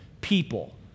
people